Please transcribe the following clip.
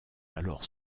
alors